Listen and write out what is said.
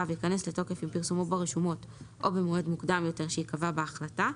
וייכנס לתוקף עם פרסומו ברשומות או במועד מוקדם יותר שייקבע בהחלטה.